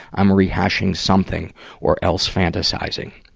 i'm rehashing something or else fantasizing.